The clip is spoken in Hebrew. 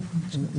כן.